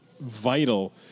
vital